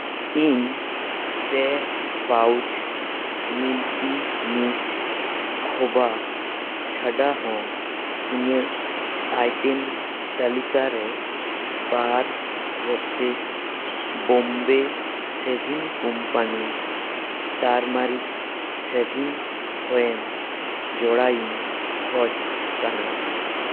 ᱤᱧ ᱯᱮ ᱯᱟᱣᱩᱡᱽ ᱢᱤᱞᱠᱤ ᱢᱤᱥᱴ ᱠᱷᱚᱵᱟ ᱪᱷᱟᱰᱟ ᱦᱚᱸ ᱤᱧᱟᱹᱜ ᱟᱭᱴᱮᱢ ᱛᱟᱹᱞᱤᱠᱟ ᱨᱮ ᱵᱟᱨ boxes Bombay ᱥᱮᱵᱷᱤᱝ company turmeric ᱥᱮᱵᱷᱤᱝ foam ᱡᱚᱲᱟᱣᱤᱧ ᱠᱷᱚᱡ ᱠᱟᱱᱟ